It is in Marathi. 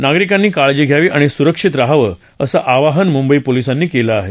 नागरिकांनी काळजी घ्यावी आणि सुरक्षित रहावं असं आवाहन मुंबई पोलिसांनी केलं आहे